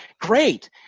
great